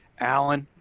alan,